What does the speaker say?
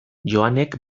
joanek